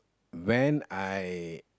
when I